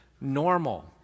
normal